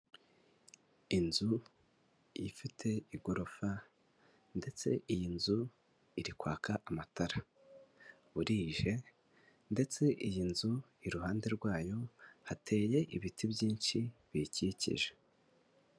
Inzu ifite igorofa ndetse iyi nzu iri kwaka amatara burije ndetse iyi nzu iruhande rwayo hateye ibiti byinshi biyikikije.